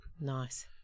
Nice